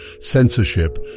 censorship